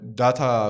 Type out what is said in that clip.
data